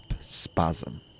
Spasm